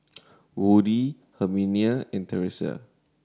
Woody Herminia and Terese